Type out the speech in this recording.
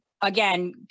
again